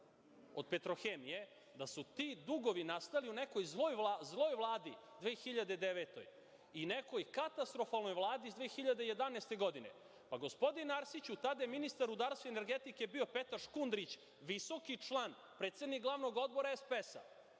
od „Petrohemije“, da su ti dugovi nastali u nekoj zloj vladi 2009. godine i nekoj katastrofalnoj vladi 2011. godine. Gospodine Arsiću, tada je ministar rudarstva i energetike bio Petar Škundrić, visoki član, predsednik glavnog odbora SPS,